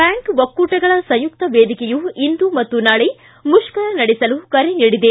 bank ಒಕ್ಕೂಟಗಳ ಸಂಯುಕ್ತ ವೇದಿಕೆಯು ಇಂದು ಮತ್ತು ನಾಳೆ ಮುಷ್ಕರ ನಡೆಸಲು ಕರೆ ನೀಡಿದೆ